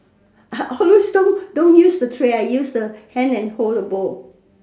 I always don't use the tray I use the hand and hold the bowl